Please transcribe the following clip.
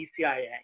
ECIA